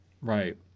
Right